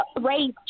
raise